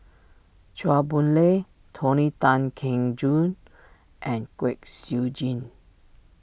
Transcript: Chua Boon Lay Tony Tan Keng Joo and Kwek Siew Jin